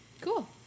cool